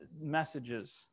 messages